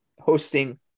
hosting